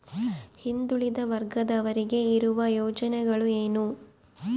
ಹಿಂದುಳಿದ ವರ್ಗದವರಿಗೆ ಇರುವ ಯೋಜನೆಗಳು ಏನು?